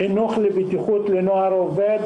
חינוך לבטיחות לנוער עובד